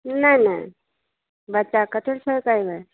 नहि नहि बच्चाके कथी लए छोइड़ के एबै